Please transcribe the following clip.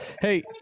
Hey